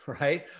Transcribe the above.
right